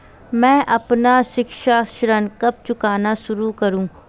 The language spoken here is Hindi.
मैं अपना शिक्षा ऋण कब चुकाना शुरू करूँ?